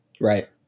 Right